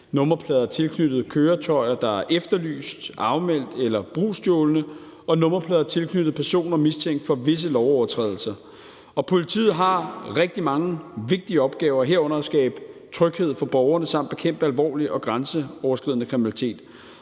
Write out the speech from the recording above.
nummerplader tilknyttet køretøjer, der er efterlyst, afmeldt eller brugsstjålne og nummerplader tilknyttet personer mistænkt for visse lovovertrædelser. Politiet har rigtig mange vigtige opgaver, herunder at skabe tryghed for borgerne samt bekæmpe alvorlig og grænseoverskridende kriminalitet.